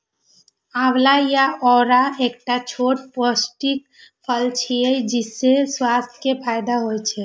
आंवला या औरा एकटा छोट पौष्टिक फल छियै, जइसे स्वास्थ्य के फायदा होइ छै